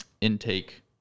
intake